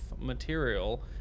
material